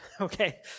Okay